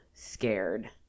scared